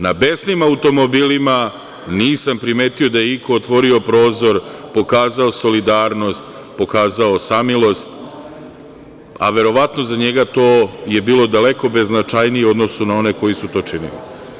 Na besnim automobilima nisam primetio da je iko otvorio prozor, pokazao solidarnost, pokazao samilost, a verovatno za njega je to bilo daleko bez značajnije u odnosu na one koji su to činili.